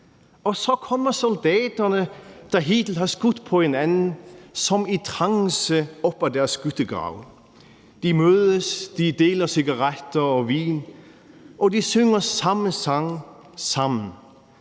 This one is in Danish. Og så kommer soldaterne, der hele tiden har skudt på hinanden som i trance op af deres skyttegrave. De mødes, de deler cigaretter og vin, og de synger samme sange sammen.